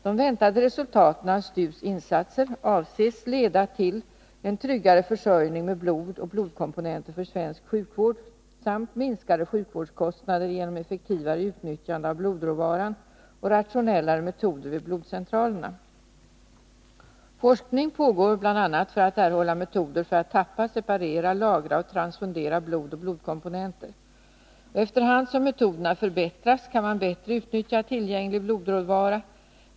De väntade resultaten av STU:s insatser avses leda till en tryggare försörjning med blod och blodkomponenter för svensk sjukvård samt minskade sjukvårdskostnader genom effektivare utnyttjande av blodråvaran och rationellare metoder vid blodcentralerna. Forskning pågår bl.a. för att erhålla metoder för att tappa, separera, lagra och transfundera blod och blodkomponenter. Efter hand som metoderna förbättras kan man bättre utnyttja tillgänglig blodråvara.